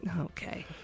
Okay